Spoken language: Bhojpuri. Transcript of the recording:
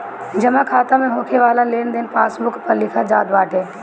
जमा खाता में होके वाला लेनदेन पासबुक पअ लिखल जात बाटे